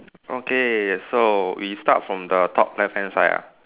okay so we start from the top left hand side ah